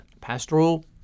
pastoral